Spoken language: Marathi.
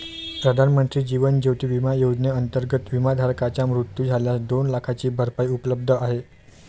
प्रधानमंत्री जीवन ज्योती विमा योजनेअंतर्गत, विमाधारकाचा मृत्यू झाल्यास दोन लाखांची भरपाई उपलब्ध आहे